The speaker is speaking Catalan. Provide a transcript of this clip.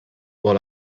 vol